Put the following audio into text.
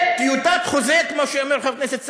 וטיוטת חוזה, כמו שאומר חבר הכנסת סעדי,